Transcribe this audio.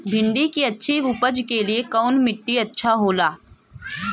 भिंडी की अच्छी उपज के लिए कवन मिट्टी अच्छा होला?